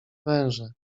wężę